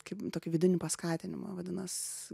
kaip tokį vidinį paskatinimą vadinas